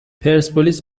پرسپولیس